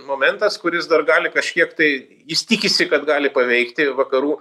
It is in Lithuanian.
momentas kuris dar gali kažkiek tai jis tikisi kad gali paveikti vakarų